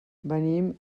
venim